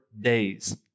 days